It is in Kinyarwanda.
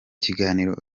kiganiro